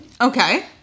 Okay